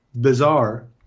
bizarre